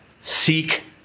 seek